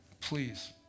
Please